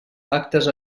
actes